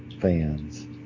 fans